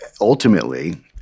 ultimately